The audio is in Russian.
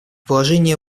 положения